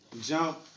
jump